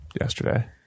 yesterday